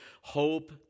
Hope